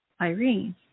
Irene